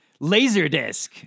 laserdisc